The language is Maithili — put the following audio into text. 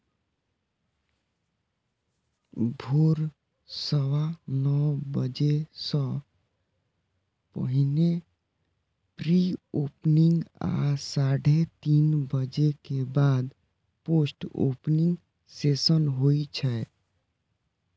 भोर सवा नौ बजे सं पहिने प्री ओपनिंग आ साढ़े तीन बजे के बाद पोस्ट ओपनिंग सेशन होइ छै